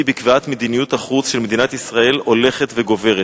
בקביעת מדיניות החוץ של מדינת ישראל הולכת וגוברת.